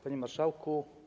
Panie Marszałku!